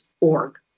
org